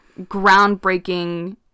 groundbreaking